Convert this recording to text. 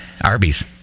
Arby's